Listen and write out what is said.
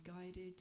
guided